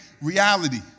reality